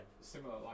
similar